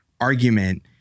argument